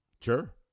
Sure